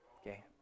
Okay